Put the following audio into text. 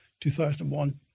2001